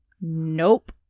Nope